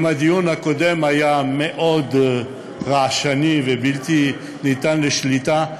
אם הדיון הקודם היה מאוד רעשני ובלתי ניתן לשליטה,